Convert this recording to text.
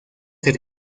ser